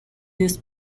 this